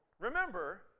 remember